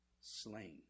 slain